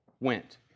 went